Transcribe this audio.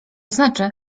znaczy